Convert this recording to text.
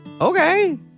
okay